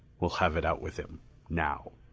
we'll have it out with him now.